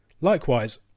Likewise